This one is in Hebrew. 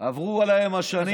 עברו להן השנים.